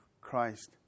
Christ